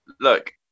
look